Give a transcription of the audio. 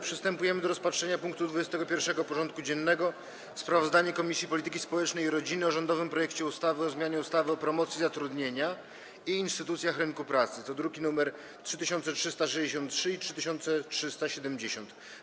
Przystępujemy do rozpatrzenia punktu 21. porządku dziennego: Sprawozdanie Komisji Polityki Społecznej i Rodziny o rządowym projekcie ustawy o zmianie ustawy o promocji zatrudnienia i instytucjach rynku pracy (druki nr 3363 i 3370)